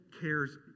cares